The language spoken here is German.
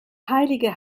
heilige